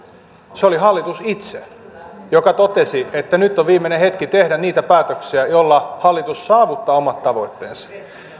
se oli hallitus itse joka totesi että nyt on viimeinen hetki tehdä niitä päätöksiä joilla hallitus saavuttaa omat tavoitteensa